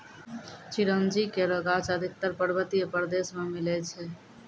चिरौंजी केरो गाछ अधिकतर पर्वतीय प्रदेश म मिलै छै